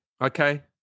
Okay